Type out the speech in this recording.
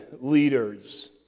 leaders